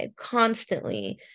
constantly